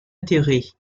intérêts